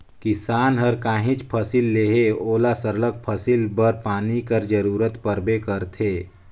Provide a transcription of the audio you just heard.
किसान हर काहींच फसिल लेहे ओला सरलग फसिल बर पानी कर जरूरत परबे करथे